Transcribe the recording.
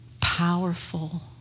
powerful